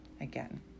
again